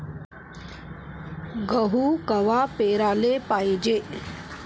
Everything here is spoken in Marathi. गहू कवा पेराले पायजे?